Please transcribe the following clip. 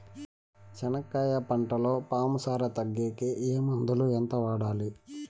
చెనక్కాయ పంటలో పాము సార తగ్గేకి ఏ మందులు? ఎంత వాడాలి?